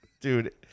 Dude